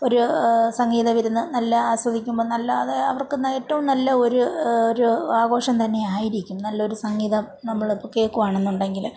ഒരു സംഗീതവിരുന്ന് നല്ല ആസ്വദിക്കുമ്പോൾ നല്ല അത് അവർക്ക് ഏറ്റവും നല്ല ഒരു ഒരു ആഘോഷം തന്നെ ആയിരിക്കും നല്ലൊരു സംഗീതം നമ്മൾ ഇപ്പോൾ കേൾക്കുവാണെന്നുണ്ടെങ്കിൽ